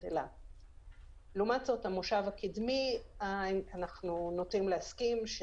לעומת זאת, לגבי המושב הקדמי, אנחנו נוטים להסכים.